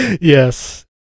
yes